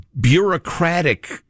bureaucratic